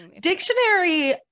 dictionary